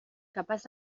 capaç